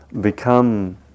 become